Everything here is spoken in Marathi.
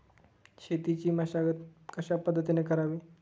शेतीची मशागत कशापद्धतीने करावी?